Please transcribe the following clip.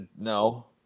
No